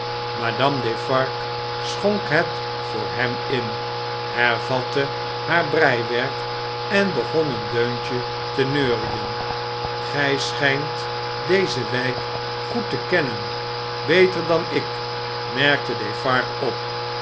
madame defarge schonk het voor hem in hervatte haar breiwerk en begon een deuntje te neurien gy schjjnt deze wijk goed te kennen beter dan ik merkte defarge op